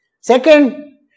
Second